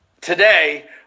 today